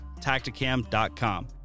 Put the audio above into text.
Tacticam.com